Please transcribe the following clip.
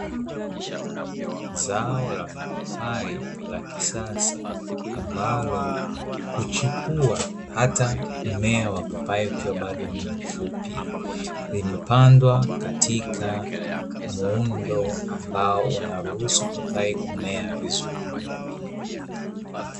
Zao la mapapai la kisasa ambalo huchepua hata mmea wa papai ukiwa bado ni mfupi limepandwa katika muundo ambao unaruhusu papai kumea vizuri.